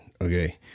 Okay